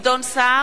נגד.